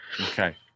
okay